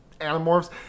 Animorphs